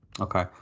Okay